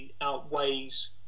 outweighs